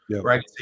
Right